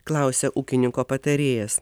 klausė ūkininko patarėjas